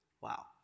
wow